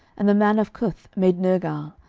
and the men of cuth made nergal,